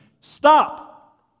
Stop